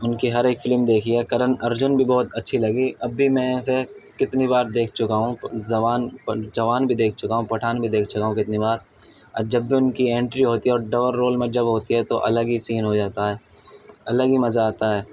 ان کی ہر ایک فلم دیکھی ہے کرن ارجن بھی بہت اچھی لگی اب بھی میں اسے کتنی بار دیکھ چکا ہوں جوان پر جوان بھی دیکھ چکا ہوں پٹھان بھی دیکھ چکا ہوں کتنی بار اور جب بھی ان کے اینٹری ہوتی ہے اور ڈبل رول میں جب ہوتے ہیں تو الگ ہی سین ہو جاتا ہے الگ ہی مزہ آتا ہے